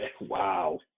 Wow